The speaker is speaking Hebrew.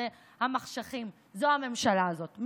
זאת הממשלה הזאת.